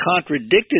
contradicted